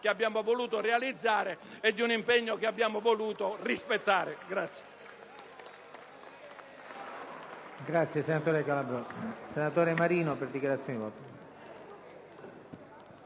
che abbiamo voluto realizzare e di un impegno che abbiamo voluto rispettare.